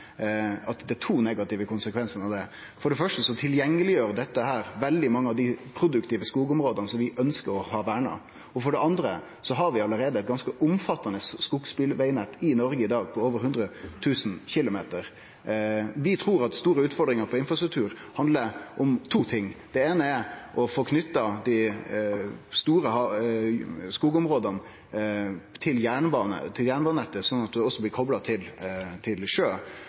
at det er to negative konsekvensar av det. For det første gjer dette veldig mange av dei produktive skogområda som vi ønskjer å ha verna, tilgjengelege, og for det andre har vi allereie eit ganske omfattande skogsbilvegnett i Noreg i dag, på over 100 000 km. Vi trur at dei store utfordringane innan infrastruktur handlar om to ting: Det eine er å få knytt dei store skogområda til jernbanenettet, slik at ein også blir kopla til sjø. Der er det fleire positive effektar, bl.a. å få til